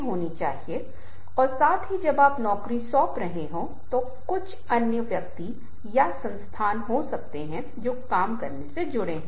स्लाइडसमय का संदर्भ लें २ १५ और अन्य तत्वों के बारे में थोड़ी देर में चर्चा करेंगे